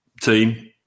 team